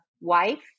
wife